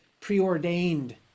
preordained